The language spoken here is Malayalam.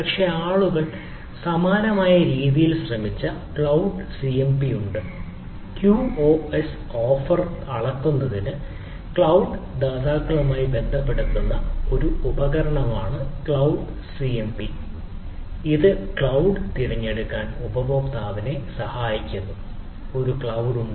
പക്ഷേ ആളുകൾ സമാനമായ രീതിയിൽ ശ്രമിച്ച ക്ലൌഡ് സിഎംപി തിരഞ്ഞെടുക്കൽ സംവിധാനം ഉണ്ട്